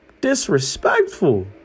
Disrespectful